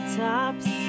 tops